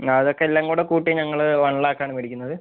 അതൊക്കെ എല്ലാംകൂടെ കൂട്ടി ഞങ്ങള് വൺ ലാക്കാണ് മേടിക്കുന്നത്